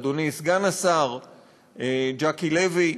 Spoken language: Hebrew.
אדוני סגן השר ז'קי לוי.